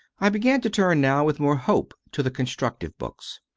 i began to turn now with more hope to the con structive books.